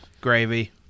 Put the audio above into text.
Gravy